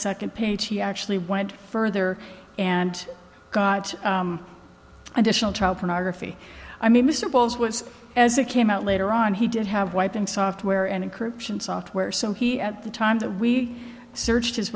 second page he actually went further and got additional child pornography i mean mr bowles was as it came out later on he did have wiping software and incursion software so he at the time that we searched his